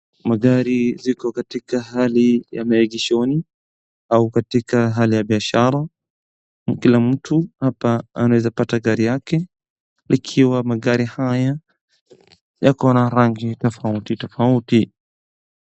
Magari ziko katika hali ya maegeshoni, au katika hali ya biashara. Kila mtu hapa anaweza pata gari yake ikiwa magari haya yakona rangi tofauti tofauti.